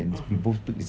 (uh huh)